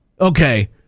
Okay